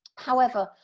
however,